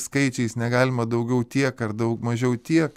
skaičiais negalima daugiau tiek ar dau mažiau tiek